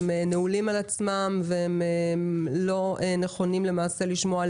הם נעולים על עצמם ולא נכונים לשמוע על